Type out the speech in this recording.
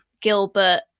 gilbert